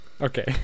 Okay